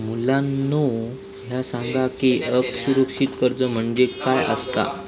मुलांनो ह्या सांगा की असुरक्षित कर्ज म्हणजे काय आसता?